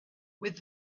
with